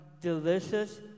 delicious